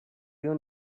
your